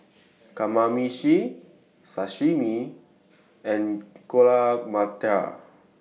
Kamameshi Sashimi and Alu Matar